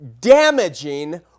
damaging